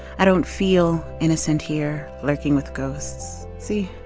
i don't feel innocent here lurking with ghosts. see,